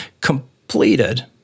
completed